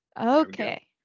Okay